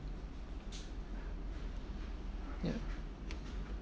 yeah